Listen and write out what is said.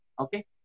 okay